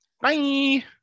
Bye